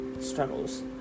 struggles